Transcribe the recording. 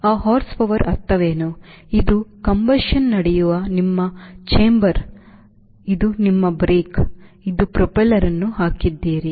ಆ Horsepower ಅರ್ಥವೇನು ಇದು ದಹನ ನಡೆಯುವ ನಿಮ್ಮ ಕೋಣೆ ಇದು ನಿಮ್ಮ ಬ್ರೇಕ್ ನೀವು ಪ್ರೊಪೆಲ್ಲರ್ ಅನ್ನು ಹಾಕಿದ್ದೀರಿ